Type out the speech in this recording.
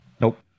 Nope